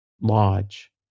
Lodge